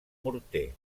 morter